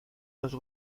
dos